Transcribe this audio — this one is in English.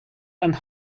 and